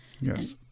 Yes